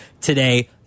today